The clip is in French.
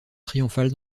triomphal